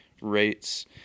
rates